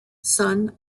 son